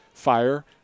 Fire